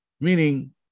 Meaning